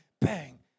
bang